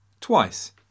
Twice